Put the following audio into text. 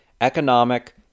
economic